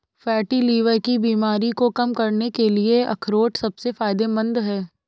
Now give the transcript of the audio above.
fatty liver की बीमारी को कम करने के लिए अखरोट सबसे फायदेमंद है